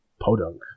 podunk